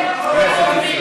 חבר הכנסת